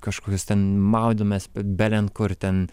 kažkokius ten maudėmės belenkur ten